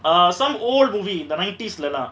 err some old movie the nineties lah